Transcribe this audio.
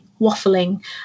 waffling